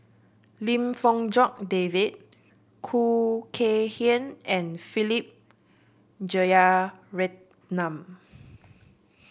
Lim Fong Jock David Khoo Kay Hian and Philip Jeyaretnam